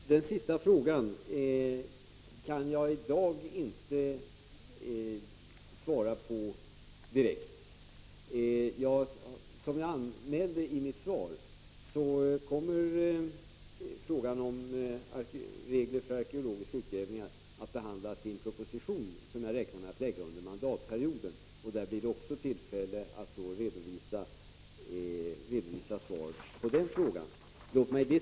Herr talman! Den sista frågan kan jag i dag inte svara på direkt. Som jag sade i mitt svar kommer reglerna för arkeologiska utgrävningar att behandlas i en proposition som jag räknar med att lägga fram under mandatperioden. Då blir det tillfälle att redovisa svar även på den frågan.